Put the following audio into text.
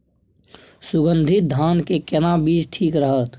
सुगन्धित धान के केना बीज ठीक रहत?